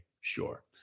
sure